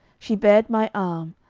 she bared my arm,